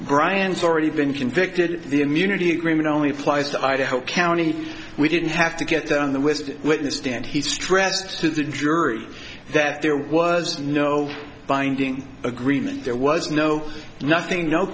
brian it's already been convicted the immunity agreement only applies to idaho county we didn't have to get on the west witness stand he stressed to the jury that there was no binding agreement there was no nothing no